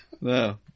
no